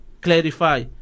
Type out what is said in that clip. clarify